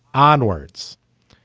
onwards.